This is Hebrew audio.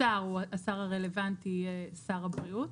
השר הרלוונטי יהיה שר הבריאות,